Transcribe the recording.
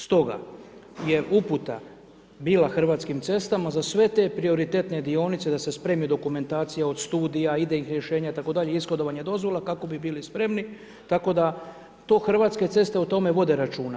Stoga, je uputa bila Hrvatskim cestama za sve te prioritetne dionice da se spremi dokumentacija od studija, idejnih rješenja itd., ishodovanja dozvola kako bi bili spremni tako da to Hrvatske ceste o tome vode računa.